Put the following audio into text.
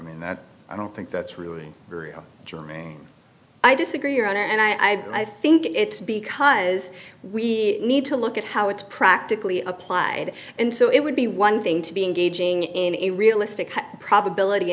mean that i don't think that's true in germany i disagree around and i think it's because we need to look at how it's practically applied and so it would be one thing to be engaging in a realistic probability